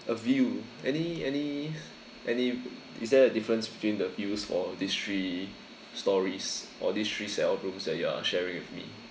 a view any any any is there a difference between the views for these three stories or these three set of rooms that you are sharing with me